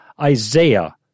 Isaiah